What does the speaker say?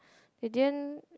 they didn't